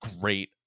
great